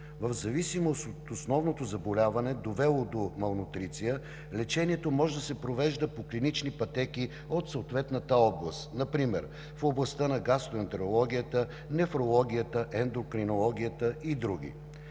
В зависимост от основното заболяване, довело до малнутриция, лечението може да се провежда по клинични пътеки от съответната област, например в областта на гастроентерологията, нефрологията, ендокринологията и други.